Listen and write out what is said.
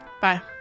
Bye